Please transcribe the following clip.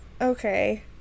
okay